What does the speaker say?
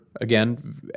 Again